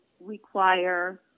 require